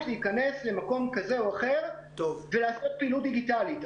להיכנס למקום כזה או אחר ולעשות פעילות דיגיטלית.